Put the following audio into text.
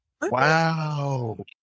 Wow